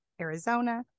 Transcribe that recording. Arizona